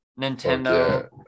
Nintendo